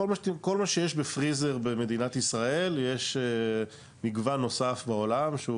כל מה שיש בפריזר במדינת ישראל יש מגוון נוסף בעולם שהוא